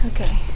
Okay